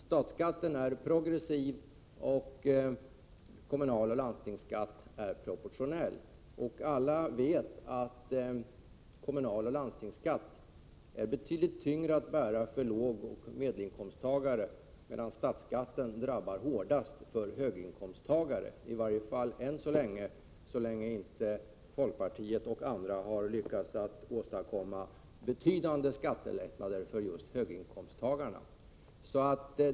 Statsskatten är progressiv, och kommunaloch landstingsskatten är proportionell. Alla vet att kommunaloch landstingsskatt är betydligt tyngre att bära för lågoch medelinkomsttagare, medan statsskatten hårdast drabbar höginkomsttagare — i varje fall ännu, så länge som inte folkpartiet och andra har lyckats åstadkomma betydande skattelättnader för just höginkomsttagarna.